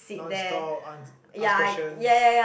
non stop ans~ ask questions